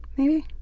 maybe?